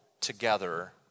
together